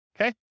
okay